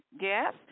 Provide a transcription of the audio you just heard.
Yes